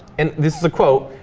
and this is a quote